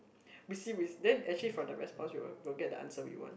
we see we s~ then actually from the response we will we'll get the answer we want